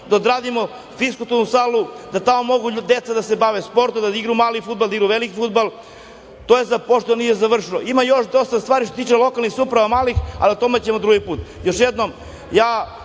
da odradimo fiskulturnu salu da tamo mogu deca da se bave sportom, da igraju mali fudbal, da igraju veliki fudbal. To je započeto, nije završeno. Ima još dosta stvari što se tiče malih lokalnih samouprava, ali o tome ćemo drugi put. Još jednom, kao